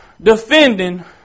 Defending